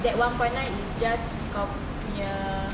that one point nine is just kau punya